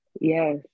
yes